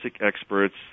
experts